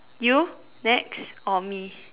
you next or me